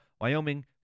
Wyoming